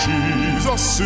Jesus